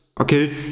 okay